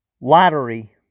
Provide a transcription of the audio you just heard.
lottery